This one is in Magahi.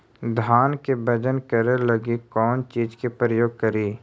धान के बजन करे लगी कौन चिज के प्रयोग करि?